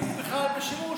הוא בכלל בשימוש?